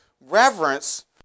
reverence